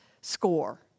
score